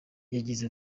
yagize